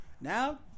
Now